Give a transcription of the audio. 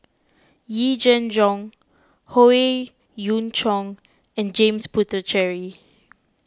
Yee Jenn Jong Howe Yoon Chong and James Puthucheary